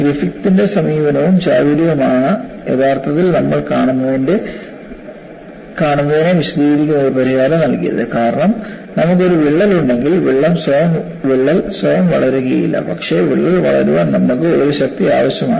ഗ്രിഫിത്തിന്റെ സമീപനവും ചാതുര്യവുമാണ് യഥാർത്ഥത്തിൽ നമ്മൾ കാണുന്നതിനെ വിശദീകരിക്കുന്ന ഒരു പരിഹാരം നൽകിയത് കാരണം നമുക്ക് ഒരു വിള്ളൽ ഉണ്ടെങ്കിൽ വിള്ളൽ സ്വയം വളരുകയില്ല പക്ഷേ വിള്ളൽ വളരാൻ നമുക്ക് ഒരു ശക്തി ആവശ്യമാണ്